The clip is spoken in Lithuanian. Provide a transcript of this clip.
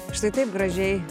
štai taip gražiai